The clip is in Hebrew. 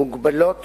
מגבלות